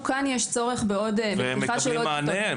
יש צורך בפתיחה- -- אתם מקבלים מענה?